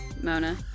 Mona